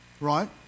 right